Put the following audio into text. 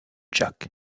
jack